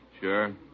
Sure